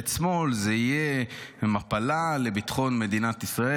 ממשלת שמאל, זו תהיה מפלה לביטחון מדינת ישראל.